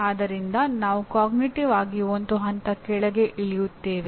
ಆದ್ದರಿಂದ ನಾವು ಅರಿವಿನ ಒಂದು ಹಂತ ಕೆಳಗೆ ಇಳಿಯುತ್ತೇವೆ